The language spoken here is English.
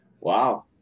Wow